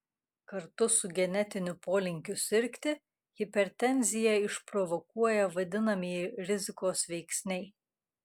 kartu su genetiniu polinkiu sirgti hipertenziją išprovokuoja vadinamieji rizikos veiksniai